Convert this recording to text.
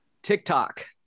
TikTok